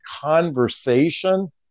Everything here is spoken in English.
conversation